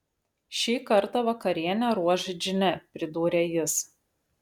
šį kartą vakarienę ruoš džine pridūrė jis